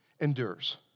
endures